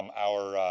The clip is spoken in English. um our